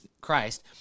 christ